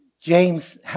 James